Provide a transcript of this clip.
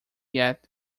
yet